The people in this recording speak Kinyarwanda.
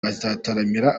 bazataramira